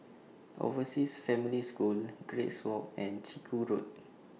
Overseas Family School Grace Walk and Chiku Road